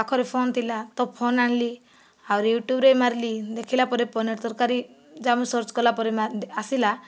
ପାଖରେ ଫୋନ୍ ଥିଲା ତ ଫୋନ୍ ଆଣିଲି ଆଉ ୟୁଟ୍ୟୁବ୍ରେ ମାରିଲି ଦେଖିଲା ପରେ ପନିର ତରକାରୀ ଯାହା ମୁଁ ସର୍ଚ୍ଚ କଲାପରେ ଆସିଲା